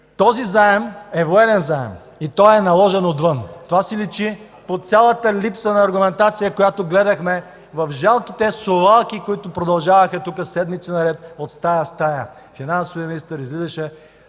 Този заем е военен заем и той е наложен отвън. Това си личи по цялата липса на аргументация, която гледахме в жалките совалки, които продължаваха седмици наред от стая в стая. Финансовият министър излизаше,